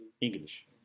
English